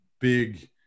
big